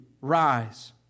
Rise